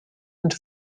into